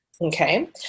Okay